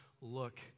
look